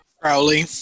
Crowley